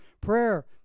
prayer